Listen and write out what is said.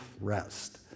rest